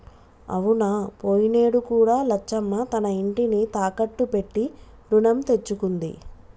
అవునా పోయినేడు కూడా లచ్చమ్మ తన ఇంటిని తాకట్టు పెట్టి రుణం తెచ్చుకుంది